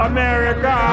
America